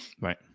Right